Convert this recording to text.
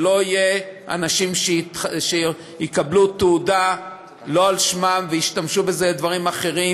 שלא יהיו אנשים שיקבלו תעודה לא על שמם וישתמשו בזה לדברים אחרים,